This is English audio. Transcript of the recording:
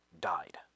died